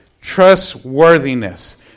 trustworthiness